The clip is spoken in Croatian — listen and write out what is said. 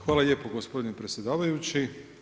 Hvala lijepo gospodine predsjedavajući.